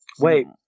wait